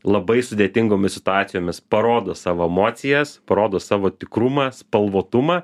labai sudėtingomis situacijomis parodo savo emocijas parodo savo tikrumą spalvotumą